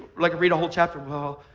like read a whole chapter. well,